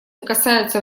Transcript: касаются